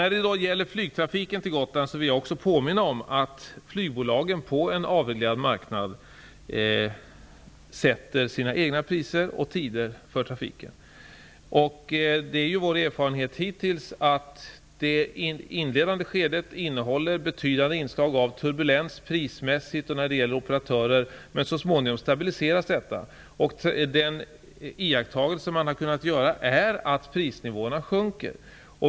När det gäller flygtrafiken på Gotland vill jag påminna om att flygbolagen på en avreglerad marknad sätter sina egna priser och tider för trafiken. Vår erfarenhet hittills är att det inledande skedet innehåller betydande inslag av turbulens prismässigt och när det gäller operatörer. Så småningom stabiliseras detta. Man har kunnat iaktta att prisnivåerna sjunker.